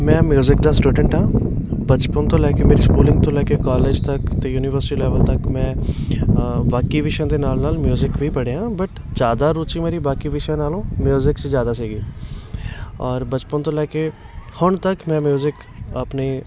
ਮੈਂ ਮਿਊਜ਼ਿਕ ਦਾ ਸਟੂਡੈਂਟ ਹਾਂ ਬਚਪਨ ਤੋਂ ਲੈ ਕੇ ਮੇਰੀ ਸਕੂਲਿੰਗ ਤੋਂ ਲੈ ਕੇ ਕਾਲਜ ਤੱਕ ਅਤੇ ਯੂਨੀਵਰਸਿਟੀ ਲੈਵਲ ਤੱਕ ਮੈਂ ਬਾਕੀ ਵਿਸ਼ਿਆਂ ਦੇ ਨਾਲ ਨਾਲ ਮਿਊਜ਼ਿਕ ਵੀ ਪੜ੍ਹਿਆ ਬਟ ਜ਼ਿਆਦਾ ਰੁਚੀ ਮੇਰੀ ਬਾਕੀ ਵਿਸ਼ਿਆਂ ਨਾਲੋਂ ਮਿਊਜ਼ਿਕ 'ਚ ਜ਼ਿਆਦਾ ਸੀਗੀ ਔਰ ਬਚਪਨ ਤੋਂ ਲੈ ਕੇ ਹੁਣ ਤੱਕ ਮੈਂ ਮਿਊਜ਼ਿਕ ਆਪਣੇ